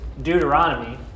Deuteronomy